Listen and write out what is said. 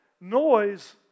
Noise